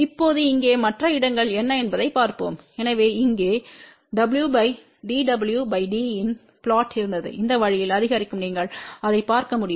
இப்போது இங்கே மற்ற இடங்கள் என்ன என்பதைப் பார்ப்போம் எனவே இங்கே w dw d இன் புளொட் இருந்தது இந்த வழியில் அதிகரிக்கும் நீங்கள் அதை பார்க்க முடியும்